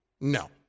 No